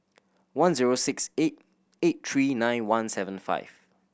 one zero six eight eight three nine one seven five